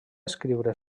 escriure